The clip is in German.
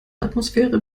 atmosphäre